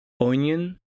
onion